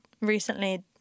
recently